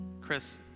Chris